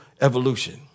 evolution